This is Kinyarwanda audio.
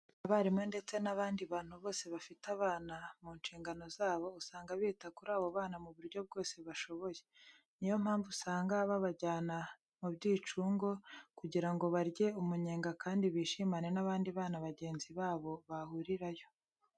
Abarimu ndetse n'abandi bantu bose bafite abana mu nshingano zabo, usanga bita kuri abo bana mu buryo bwose bashoboye. Ni yo mpamvu usanga babajyana mu byicungo kugira ngo barye umunyenga kandi bishimane n'abandi bana bagenzi babo bahurirayo.